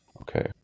Okay